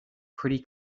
pretty